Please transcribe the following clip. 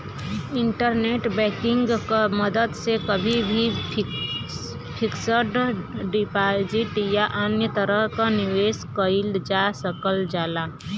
internet banking क मदद से कभी भी फिक्स्ड डिपाजिट या अन्य तरह क निवेश कइल जा सकल जाला